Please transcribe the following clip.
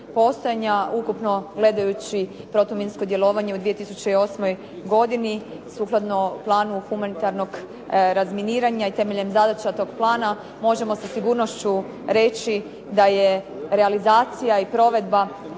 Ukupno gledajući, protuminsko djelovanje u 2008. godini sukladno Planu humanitarnog razminiranja i temeljem zadaća tog plana možemo sa sigurnošću reći da je realizacija i provedba